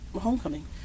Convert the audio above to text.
homecoming